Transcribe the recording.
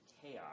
chaos